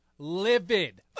Livid